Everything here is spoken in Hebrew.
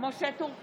משה טור פז,